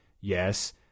Yes